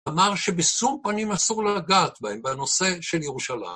אמר שבשום פנים אסור לגעת בהם בנושא של ירושלים.